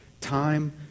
Time